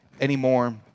anymore